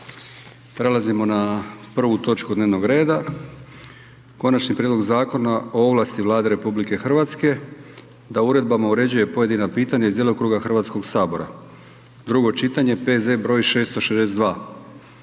Prelazimo na 1. točku dnevnog reda: - Konačni prijedlog Zakona o ovlasti Vlade Republike Hrvatske da uredbama uređuje pojedinačna pitanja iz djelokruga Hrvatskoga sabora, drugo čitanje, P.Z. br. 662;